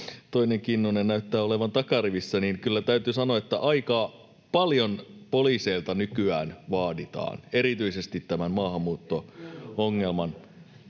toinen Kinnunen näyttää olevan takarivissä, niin kyllä täytyy sanoa, että aika paljon poliiseilta nykyään vaaditaan, erityisesti tämän maahanmuutto-ongelman